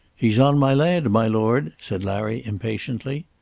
he's on my land, my lord, said larry impatiently.